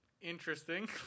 Interesting